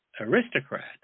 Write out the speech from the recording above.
aristocrat